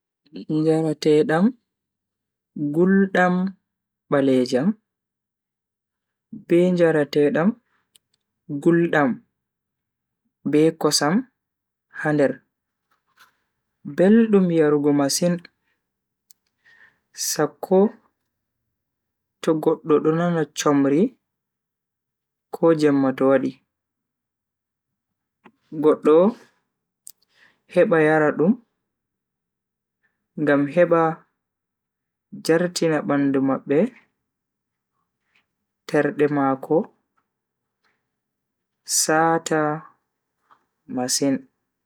Njarateedam guldam baleejam, be njarateedam guldam be kosam ha nder. beldum yarugo masin sakko to goddo do nana chomri ko jemma to wadi. Goddo heba yara dum ngam heba jartina bandu mabbe terde mako sata masin.